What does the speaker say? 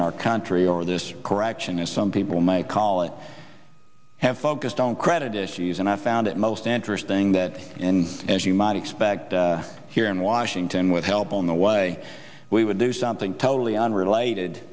in our country or this correction as some people might call it have focused on credit issues and i found it most interesting that as you might expect here in washington with help on the way we would do something totally unrelated